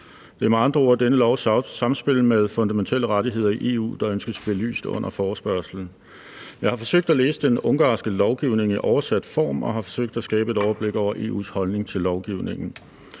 Det er med andre ord denne lovs samspil med fundamentale rettigheder i EU, der ønskes belyst under forespørgslen. Jeg har forsøgt at læse den ungarske lovgivning i oversat form og har forsøgt at skabe mig et overblik over EU's holdning til lovgivningen.